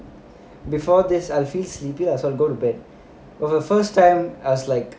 before this I will feel sleepy so I will go to bed for the first time I was like